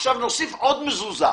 עכשיו נוסיף עוד מזוזה.